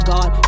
God